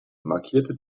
markierte